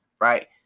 right